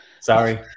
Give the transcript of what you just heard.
Sorry